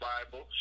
Bible